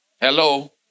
Hello